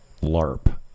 LARP